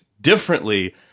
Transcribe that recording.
differently